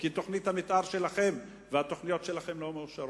כי תוכנית המיתאר שלכם והתוכניות שלכם לא מאושרות.